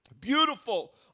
beautiful